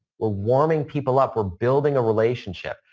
we're warming people up. we're building a relationship.